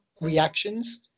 reactions